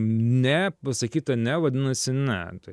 ne pasakyta ne vadinasi ne tai